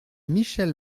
michèle